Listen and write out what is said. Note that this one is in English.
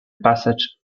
passage